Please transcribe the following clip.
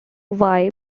vibe